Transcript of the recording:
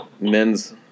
men's